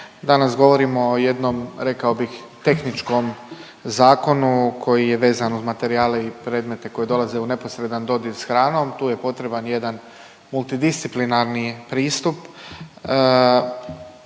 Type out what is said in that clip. danas govorimo o jednom rekao bih tehničkom zakonu koji je vezan uz materijale i predmete koji dolaze u neposredan dodir s hranom. Tu je potreban jedan multidisciplinarni pristup.